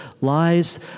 lies